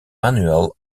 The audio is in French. manuel